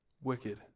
wicked